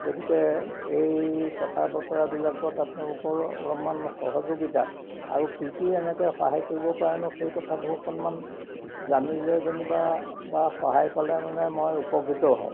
গতিকে এই কথা বতৰাবিলাকত আপোনালোকৰ অলপমান সহযোগিতা আৰু কি কি এনেকৈ সহায় কৰিব পাৰে নো সেই কথাবোৰ অকণমান জানিলে যেনিবা বা সহায় পালে মানে মই উপকৃত হওঁ